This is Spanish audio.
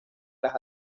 las